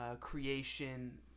creation